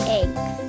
eggs